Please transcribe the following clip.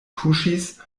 kuŝis